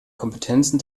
kompetenzen